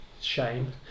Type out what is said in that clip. Shame